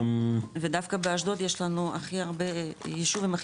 ודווקא באשדוד זה ישוב עם הכי הרבה מקבצים.